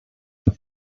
how